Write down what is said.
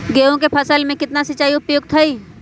गेंहू के फसल में केतना सिंचाई उपयुक्त हाइ?